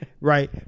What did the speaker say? Right